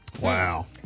Wow